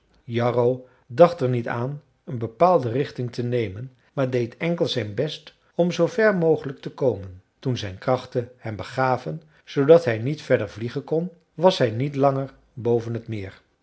jarro dacht er niet aan een bepaalde richting te nemen maar deed enkel zijn best om zoover mogelijk te komen toen zijn krachten hem begaven zoodat hij niet verder vliegen kon was hij niet langer boven het meer